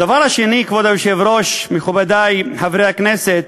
הדבר השני, כבוד היושב-ראש, מכובדי חברי הכנסת,